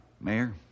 Mayor